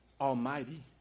almighty